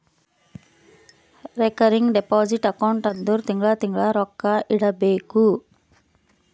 recurring deposit account ಅಂದುರ್ ತಿಂಗಳಾ ತಿಂಗಳಾ ರೊಕ್ಕಾ ಇಡಬೇಕು